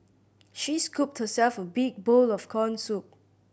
she scooped herself a big bowl of corn soup